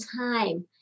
time